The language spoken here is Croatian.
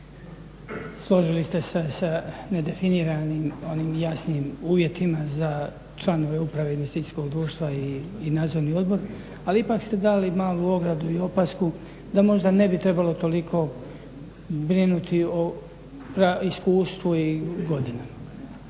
složili ste se sa nedefiniranim onim jasnim uvjetima za članove uprave investicijskog društva i nadzorni odbor, ali ipak ste dali malu ogradu i opasku da možda ne bi trebalo toliko brinuti o iskustvu i godinama.